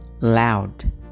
loud